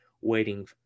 waiting